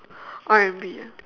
R&B ah